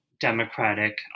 democratic